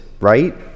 right